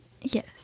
Yes